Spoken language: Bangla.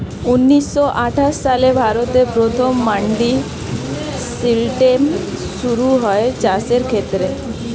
ঊন্নিশো আটাশ সালে ভারতে প্রথম মান্ডি সিস্টেম শুরু হয় চাষের ক্ষেত্রে